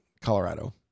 Colorado